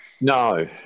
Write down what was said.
No